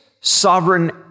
sovereign